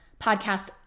podcast